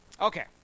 Okay